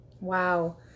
Wow